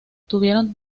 tuvieron